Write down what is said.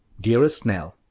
dearest nell,